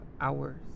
hours